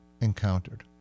encountered